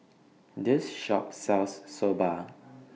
This Shop sells Soba